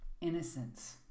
Innocence